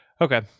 Okay